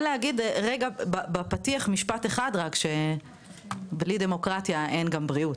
להגיד רגע בפתיח משפט אחד שבלי דמוקרטיה אין גם בריאות,